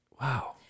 Wow